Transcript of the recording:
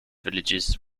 villages